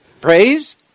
Praise